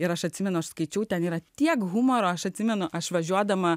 ir aš atsimenu skaičiau ten yra tiek humoro aš atsimenu aš važiuodama